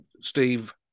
Steve